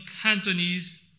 Cantonese